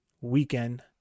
weekend